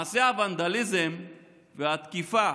מעשי הוונדליזם והתקיפה